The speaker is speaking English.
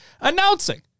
announcing